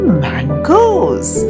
mangoes